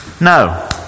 no